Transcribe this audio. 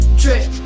drip